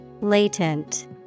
Latent